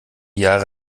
jahre